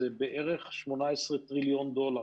זה בערך 18 טריליון דולר.